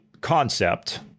concept